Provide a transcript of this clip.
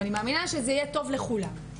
ואני מאמינה שזה יהיה טוב לכולם.